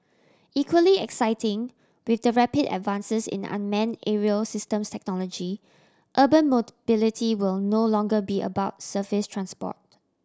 equally exciting with the rapid advances in unmanned aerial systems technology urban mode will no longer be about surface transport